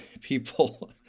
people